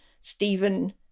Stephen